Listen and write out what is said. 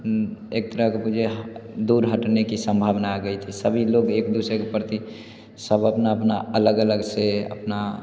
एक तरह के मुझे दूर हटने कि सम्भावना आ गई थी सभी लोग एक दूसरे के प्रति सब अपना अपना अलग अलग से अपना